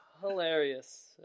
hilarious